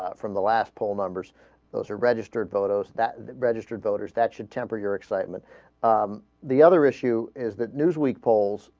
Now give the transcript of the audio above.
ah from the last poll numbers those are registered voters that registered voters that should temper your excitement the other issue is that newsweek polls